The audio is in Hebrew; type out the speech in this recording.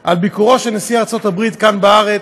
על ביקורו של נשיא ארצות הברית כאן, בארץ.